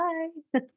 Bye